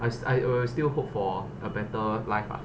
I I'll still hope for a better life ah